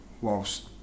whilst